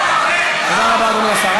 תודה רבה, אדוני השר.